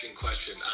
question